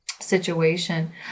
situation